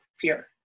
fear